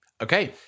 Okay